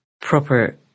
proper